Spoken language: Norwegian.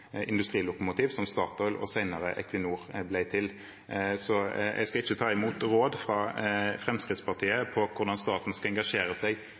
industrilokomotiv som Statoil, senere Equinor, ble til. Så jeg skal ikke ta imot råd fra Fremskrittspartiet om hvordan staten skal engasjere seg